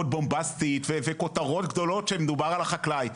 בומבסטית וכותרות גדולות שמדובר על החקלאי,